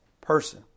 person